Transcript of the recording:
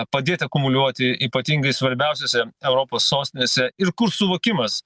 padėt akumuliuoti ypatingai svarbiausiose europos sostinėse ir kur suvokimas